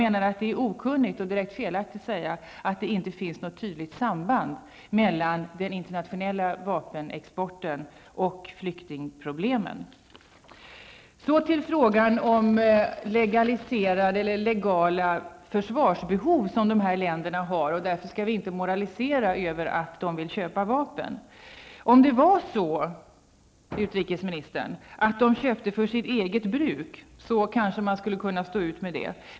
Det är okunnigt och direkt felaktigt att säga att det inte finns något tydligt samband mellan den internationella vapenexporten och flyktingproblemen. Så över till dessa länders legala försvarsbehov och att vi därför inte skall moralisera över att de vill köpa vapen. Om det var så, utrikesministern, att de köpte vapen för sitt eget bruk, skulle man kanske kunna stå ut med det.